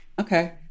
Okay